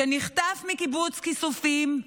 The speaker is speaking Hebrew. שנחטף מקיבוץ כיסופים,